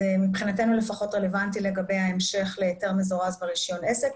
מבחינתנו לפחות זה רלוונטי לגבי ההמשך להיתר מזורז ברישיון עסק.